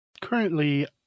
currently